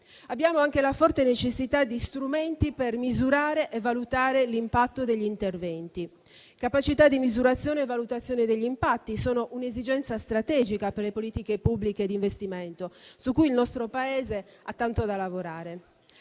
abbiamo anche la forte necessità di strumenti per misurare e valutare l'impatto degli interventi. Capacità di misurazione e valutazione degli impatti sono un'esigenza strategica per le politiche pubbliche di investimento su cui il nostro Paese ha tanto da lavorare.